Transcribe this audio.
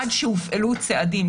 עד שהופעלו צעדים,